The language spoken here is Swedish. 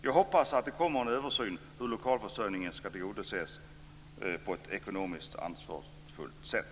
Jag hoppas att det kommer en översyn när det gäller hur lokalförsörjningen ska tillgodoses på ett ekonomiskt ansvarsfullt sätt.